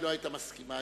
היא לא היתה מסכימה.